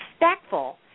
respectful